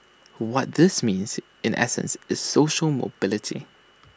what this means in essence is social mobility